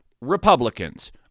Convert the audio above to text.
Republicans